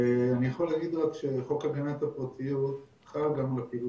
אני יכול להגיד רק שחוק הגנת הפרטיות חל גם על הפעילות